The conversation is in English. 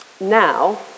now